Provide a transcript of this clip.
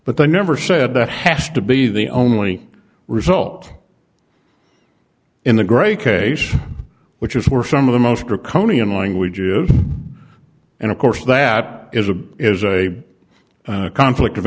but they never said that has to be the only result in the great case which is where some of the most draconian language is and of course that is a is a conflict of